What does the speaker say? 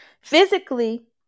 Physically